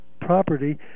property